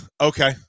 okay